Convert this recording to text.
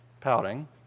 pouting